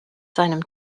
seinem